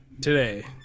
today